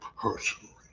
personally